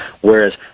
Whereas